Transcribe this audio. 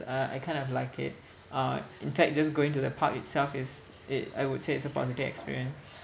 uh I kind of like it uh in fact just going to the park itself is it I would say it's a positive experience